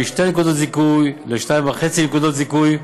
מ-2 נקודות זיכוי ל-2.5 נקודות זיכוי,